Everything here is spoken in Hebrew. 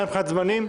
גם מבחינת זמנים,